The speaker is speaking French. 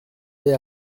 lait